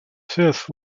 fifth